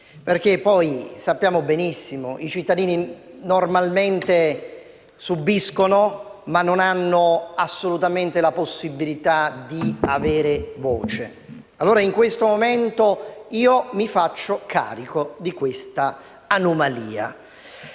perché sappiamo benissimo che i cittadini normalmente subiscono, ma non hanno assolutamente la possibilità di avere voce. Pertanto, in questo momento mi faccio carico di questa anomalia.